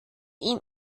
ihn